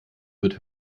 wird